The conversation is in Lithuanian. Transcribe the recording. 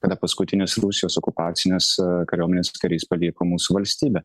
kada paskutinis rusijos okupacinės kariuomenės karys paliko mūsų valstybę